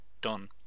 done